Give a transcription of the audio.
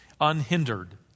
unhindered